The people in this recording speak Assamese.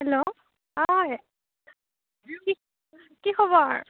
হেল্ল' হয় কি কি খবৰ